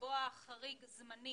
לקבוע חריג זמני,